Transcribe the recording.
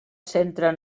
centre